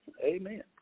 Amen